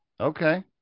Okay